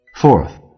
fourth